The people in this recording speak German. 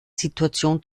situation